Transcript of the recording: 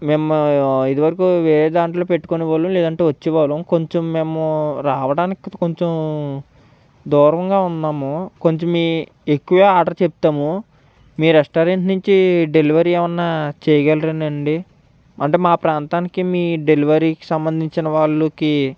మేము ఇది వరకు ఏ దాంట్లో పెట్టుకొనే వాళ్ళు లేదంటే వచ్చే వాళ్ళం కొంచెం మేము రావడానికి కొంచెం దూరంగా ఉన్నాము కొంచెం మీ ఎక్కువ ఆర్డర్ చెప్తాము మీ రెస్టారెంట్ నుంచి డెలివరీ ఏమన్నా చేయగలరా అండి అంటే మా ప్రాంతానికి మీ డెలివరీకి సంబంధించిన వాళ్ళకి